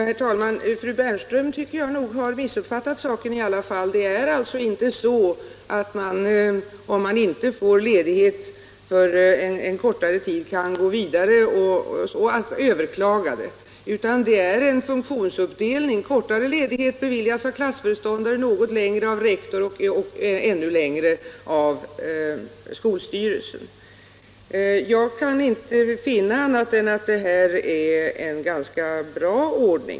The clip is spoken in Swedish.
Herr talman! Jag tycker att fru Bernström i alla fall missuppfattat saken. Det är inte så att man, om man inte får ledighet för en kortare tid, kan gå vidare och överklaga, utan det är en funktionsuppdelning: kortare ledighet beviljas av klassföreståndare, längre ledighet av rektor och ännu längre ledighet av skolstyrelsen. Jag kan inte finna annat än att det här är en ganska bra ordning.